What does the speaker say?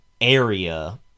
area